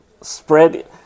spread